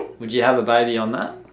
would you have a baby on that?